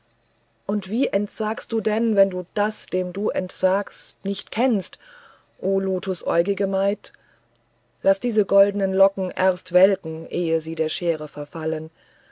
und wie entsagst du denn wenn du das dem du entsagst nicht kennst du lotusäugige maid laß diese goldnen locken erst welken ehe sie der schere verfallen